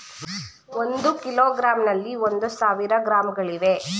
ಒಂದು ಕಿಲೋಗ್ರಾಂನಲ್ಲಿ ಒಂದು ಸಾವಿರ ಗ್ರಾಂಗಳಿವೆ